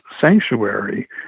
Sanctuary